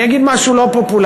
אני אגיד משהו לא פופולרי.